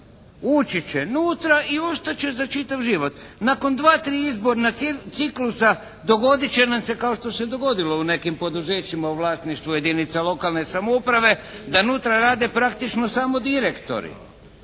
Ući će unutra, i ostat će za čitav život. Nakon dva, tri izborna ciklusa dogodit će nam se kao što se dogodilo u nekim poduzećima u vlasništvu jedinica lokalne samouprave da unutra rade praktično samo direktori.